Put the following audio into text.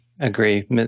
agree